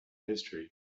history